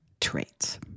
traits